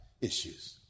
issues